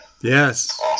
Yes